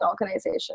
organization